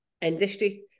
industry